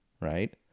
right